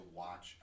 watch